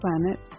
planet